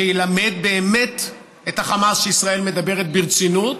שילמד באמת את החמאס שישראל מדברת ברצינות,